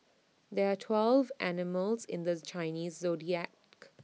there are twelve animals in this Chinese Zodiac